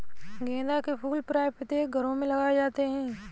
गेंदा के फूल प्रायः प्रत्येक घरों में लगाए जाते हैं